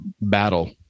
battle